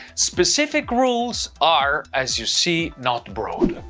specific rules are, as you see, not broad.